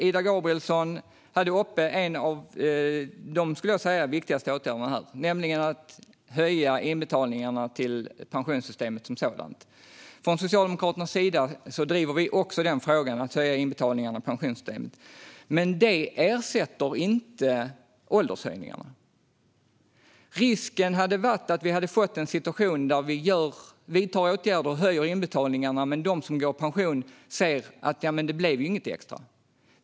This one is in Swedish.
Ida Gabrielsson tog upp en av de, skulle jag säga, viktigaste åtgärderna, nämligen att höja inbetalningarna till pensionssystemet som sådant. Från Socialdemokraternas sida driver vi också den frågan. Men det ersätter inte åldershöjningarna. Risken hade varit att vi fått en situation där vi vidtar åtgärder och höjer inbetalningarna men de som går i pension ser att det inte blir något extra.